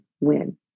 win